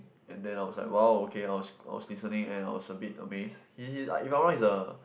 and then I was like !wow! okay I was I was listening and I was a bit amazed he he's like if I'm not wrong he's a